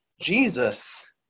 Jesus